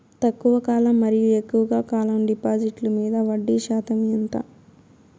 తక్కువ కాలం మరియు ఎక్కువగా కాలం డిపాజిట్లు మీద వడ్డీ శాతం ఎంత?